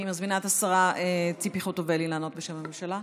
אני מזמינה את השרה ציפי חוטובלי לענות בשם הממשלה.